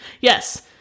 yes